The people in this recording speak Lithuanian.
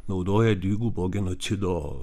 naudoja dvigubo genocido